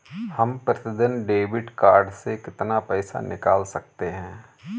हम प्रतिदिन debit card से कितना पैसा निकाल सकते हैं?